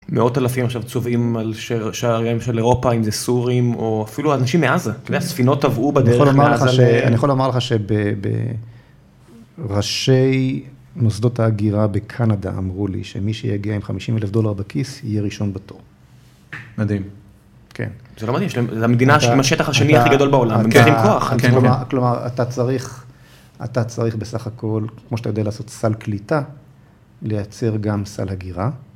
מאות אלפים עכשיו צובעים על שערים של אירופה, אם זה סורים, או אפילו אנשים מעזה. אתה יודע, ספינות טבעו בדרך מעזה. אני יכול לומר לך שראשי מוסדות ההגירה בקנדה אמרו לי, שמי שיגיע עם 50 אלף דולר בכיס, יהיה ראשון בתור. מדהים. כן. זה לא מדהים, זה המדינה עם השטח השני הכי גדול בעולם. כן, כן. כלומר, אתה צריך בסך הכל, כמו שאתה יודע לעשות סל קליטה, לייצר גם סל הגירה.